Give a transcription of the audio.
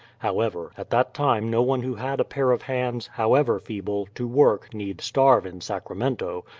however, at that time no one who had a pair of hands, however feeble, to work need starve in sacramento,